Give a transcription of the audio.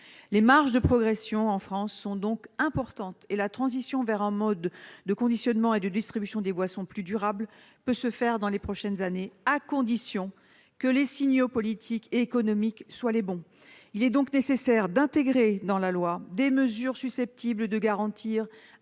Les marges de progression en France sont donc importantes, et la transition vers un mode de conditionnement et de distribution des boissons plus durable peut se faire dans les prochaines années, à condition que les signaux politiques et économiques adressés soient les bons. Il est à cet égard nécessaire d'intégrer dans la loi des mesures susceptibles de garantir